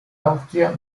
austria